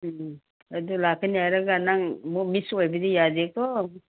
ꯎꯝ ꯑꯗꯨ ꯂꯥꯛꯀꯅꯤ ꯍꯥꯏꯔꯒ ꯅꯪ ꯑꯃꯨꯛ ꯃꯤꯁ ꯑꯣꯏꯕꯗꯤ ꯌꯥꯗꯦꯀꯣ